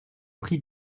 pris